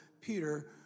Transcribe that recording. Peter